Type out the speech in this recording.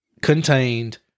contained